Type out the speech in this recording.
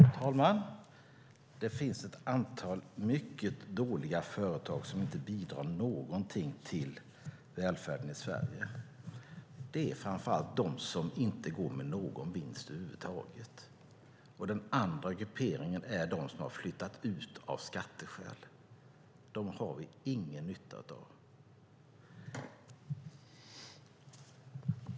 Fru talman! Det finns ett antal mycket dåliga företag som inte bidrar med någonting till välfärden i Sverige. Det är framför allt de som inte går med någon vinst över huvud taget, och en annan grupp är de som har flyttat ut av skatteskäl. Dem har vi ingen nytta av.